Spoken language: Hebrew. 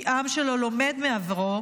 כי עם שלא לומד מעברו,